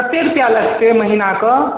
कते रुपआ महिना के